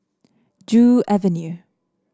Joo Avenue